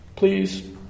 please